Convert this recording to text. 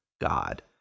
God